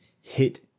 hit